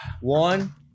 One